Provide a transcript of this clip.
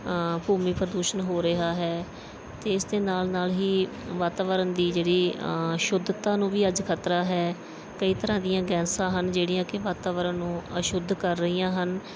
ਭੂਮੀ ਪ੍ਰਦੂਸ਼ਣ ਹੋ ਰਿਹਾ ਹੈ ਅਤੇ ਇਸ ਦੇ ਨਾਲ ਨਾਲ ਹੀ ਵਾਤਾਵਰਣ ਦੀ ਜਿਹੜੀ ਸ਼ੁੱਧਤਾ ਨੂੰ ਵੀ ਅੱਜ ਖਤਰਾ ਹੈ ਕਈ ਤਰ੍ਹਾਂ ਦੀਆਂ ਗੈਸਾਂ ਹਨ ਜਿਹੜੀਆਂ ਕਿ ਵਾਤਾਵਰਨ ਨੂੰ ਅਸ਼ੁੱਧ ਕਰ ਰਹੀਆਂ ਹਨ